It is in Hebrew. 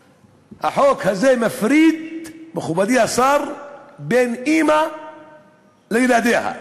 והוא חושב שאולי בעוד עשר שנים יפשירו אותה למגורים ומצבו יהיה יותר